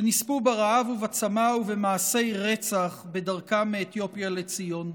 שנספו ברעב ובצמא ובמעשי רצח בדרכם מאתיופיה לציון.